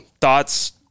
thoughts